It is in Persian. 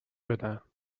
بدن